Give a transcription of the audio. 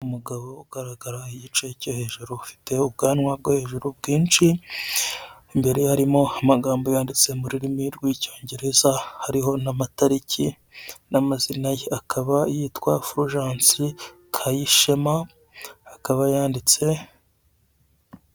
Umugabo ugaragara igice cyo hejuru afite ubwanwa bwo hejuru bwinshi, imbere harimo amagambo yanditse mu rurimi rw'icyongereza, hariho n'amatariki, n'amazina ye akaba yitwa Furujansi Kayishema, akaba yanditse.